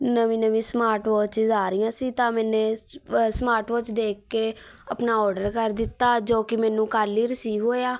ਨਵੀਂ ਨਵੀਂ smart watches ਆ ਰਹੀਆਂ ਸੀ ਤਾਂ ਮੈਨੇ ਸਮਾਰਟ ਵਾਚ ਦੇਖ ਕੇ ਆਪਣਾ ਓਡਰ ਕਰ ਦਿੱਤਾ ਜੋ ਕਿ ਮੈਨੂੰ ਕੱਲ੍ਹ ਹੀ ਰਸੀਵ ਹੋਇਆ